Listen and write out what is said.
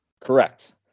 Correct